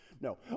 No